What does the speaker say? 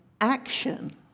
Action